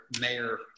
mayor